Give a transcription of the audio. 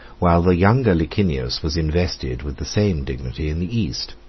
while the younger licinius was invested with the same dignity in the east.